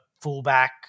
fullback